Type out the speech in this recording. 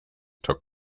took